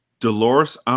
Dolores